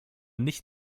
nicht